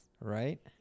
Right